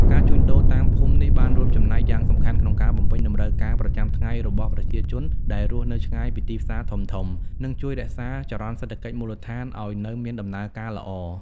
ការជួញដូរតាមភូមិនេះបានរួមចំណែកយ៉ាងសំខាន់ក្នុងការបំពេញតម្រូវការប្រចាំថ្ងៃរបស់ប្រជាជនដែលរស់នៅឆ្ងាយពីទីផ្សារធំៗ និងជួយរក្សាចរន្តសេដ្ឋកិច្ចមូលដ្ឋានឱ្យនៅមានដំណើរការល្អ។